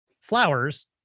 flowers